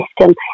system